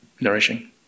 nourishing